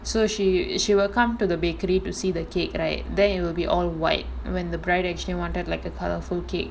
so she she will come to the bakery to see the cake right then it will be all white when the bride actually wanted like a colourful cake